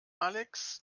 alex